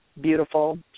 beautiful